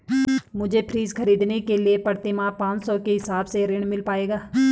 मुझे फ्रीज खरीदने के लिए प्रति माह पाँच सौ के हिसाब से ऋण मिल पाएगा?